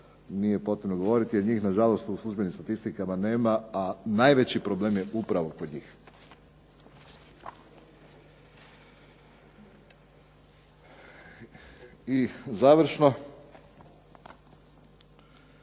nije potrebno govoriti, jer njih nažalost u služenim statistikama nema, a najveći problem je upravo kod njih. I završno,